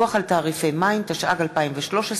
פיקוח על תעריפי מים), התשע"ג 2013,